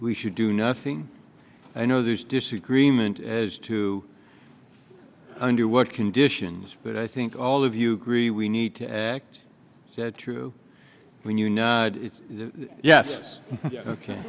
we should do nothing i know there's disagreement as to under what conditions but i think all of you agree we need to act is that true when you know yes ok